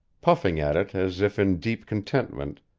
puffing at it as if in deep contentment,